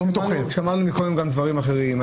שמענו קודם גם דברים אחרים.